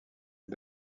est